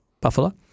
buffalo